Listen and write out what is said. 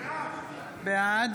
בעד